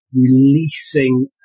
releasing